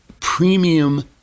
premium